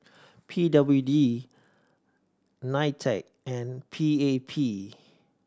P W D NITEC and P A P